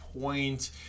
point